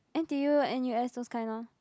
N_T_U N_U_S those kind lor